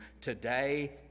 today